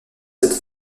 cette